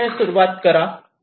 8 सुरुवात करु शकतात